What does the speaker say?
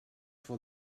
for